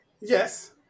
Yes